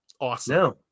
awesome